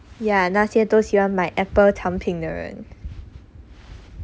ya 那些都喜欢买 apple 产品的人